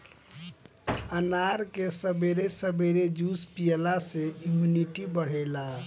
अनार के सबेरे सबेरे जूस पियला से इमुनिटी बढ़ेला